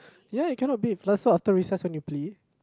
ya you cannot bathe so after recess when you play